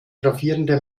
gravierende